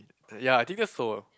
ya I think that's so